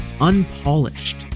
unpolished